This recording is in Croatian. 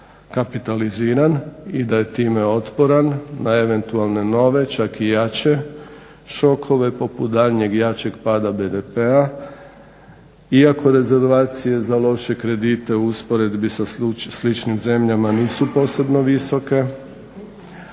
kapitaliziran i da je time otporan na eventualne čak i jače šokove poput daljnjeg jačeg pada BDP-a iako rezervacije za loše kredite u usporedbi sa sličnim zemljama nisu posebno visoke,